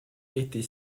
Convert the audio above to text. était